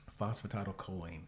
phosphatidylcholine